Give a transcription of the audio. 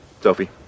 sophie